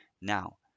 Now